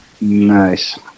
Nice